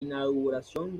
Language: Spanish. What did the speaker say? inauguración